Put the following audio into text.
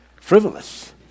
frivolous